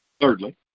Thirdly